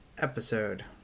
episode